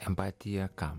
empatija ką